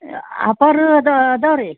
offer ಅದು ಅದಾವೆ ರೀ